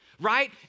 Right